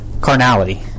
carnality